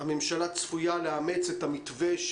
הממשלה צפויה לאמץ את המתווה,